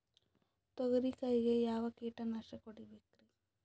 ತೊಗರಿ ಕಾಯಿಗೆ ಯಾವ ಕೀಟನಾಶಕ ಹೊಡಿಬೇಕರಿ?